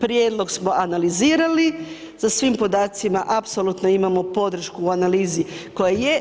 prijedlog smo analizirali, sa svim podacima apsolutno imamo podršku u analizi koja je.